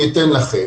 אני אתן לכם,